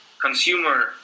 consumer